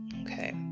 Okay